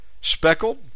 speckled